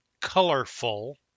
colorful